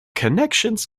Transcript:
connections